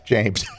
James